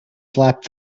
slapped